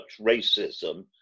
racism